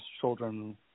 children